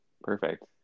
perfect